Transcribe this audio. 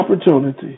opportunity